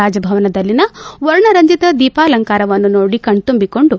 ರಾಜಭವನದಲ್ಲಿನ ವರ್ಣರಂಜಿತ ದೀಪಾಲಂಕಾರವನ್ನು ನೋಡಿ ಕಣ್ತಂಬಿಕೊಂಡರು